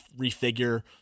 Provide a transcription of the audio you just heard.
refigure